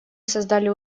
создали